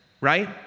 right